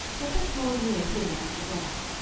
let us draw near hither unto god.